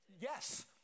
Yes